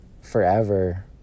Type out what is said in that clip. forever